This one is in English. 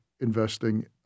investing